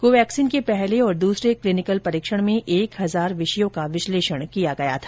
Covaxin के पहले और दूसरे क्लीनिकल परीक्षण में एक हजार विषयों का विश्लेषण किया गया था